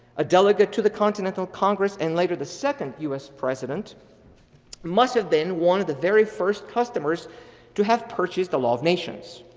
a delegate to the continental congress and later the second us president must have been one of the very first customers to have purchase the law of nations.